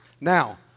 Now